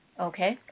Okay